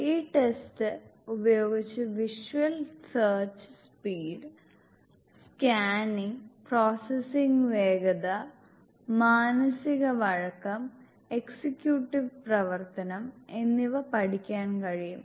ഈ ടെസ്റ്റ് ഉപയോഗിച്ച് visual search speed scanning processing വേഗത മാനസിക വഴക്കം എക്സിക്യൂട്ടീവ് പ്രവർത്തനം എന്നിവ പഠിക്കാൻ കഴിയും